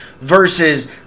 versus